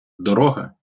дорога